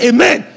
Amen